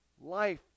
life